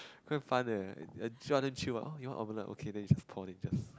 quite fun eh job damn chill what oh you want omelette okay then you just pour then just